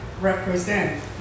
represent